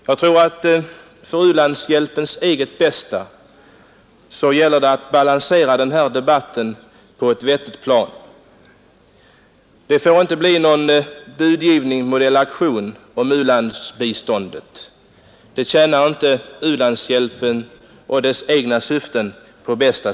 För u-ländernas eget bästa gäller det att balansera debatten. Det får inte bli någon budgivning modell auktion om u-landsbiståndet — därmed tjänar vi inte syftet med u-landshjälpen bäst.